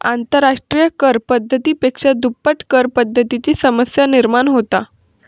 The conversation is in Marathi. आंतरराष्ट्रिय कर पद्धती पेक्षा दुप्पट करपद्धतीची समस्या निर्माण होता